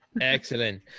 excellent